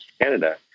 Canada